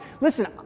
Listen